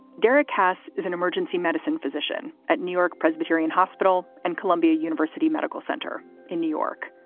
derek haas is an emergency medicine physician at new york presbyterian hospital and columbia university medical center in new york.